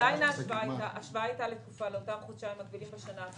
עדיין ההשוואה הייתה לאותם חודשיים מקבילים בשנה.